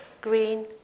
green